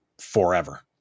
forever